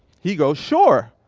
he goes, sure.